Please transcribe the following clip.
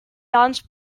dance